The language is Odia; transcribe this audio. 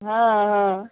ହଁ ହଁ